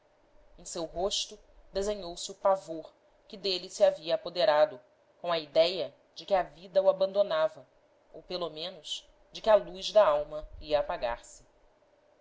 em seu rosto desenhou-se o pavor que dele se havia apoderado com a idéia de que a vida o abandonava ou pelo menos de que a luz da alma ia apagar-se